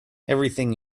everything